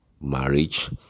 marriage